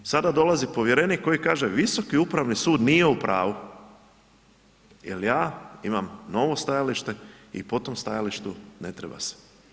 Sada dolazi povjerenik koji kaže Visoki upravni sud nije u pravu jer ja imam novo stajalište i po tom stajalištu ne treba se.